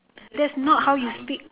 that's not how you speak